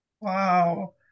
Wow